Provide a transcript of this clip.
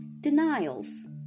Denials